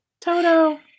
Toto